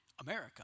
America